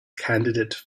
candidate